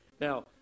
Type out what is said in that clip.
Now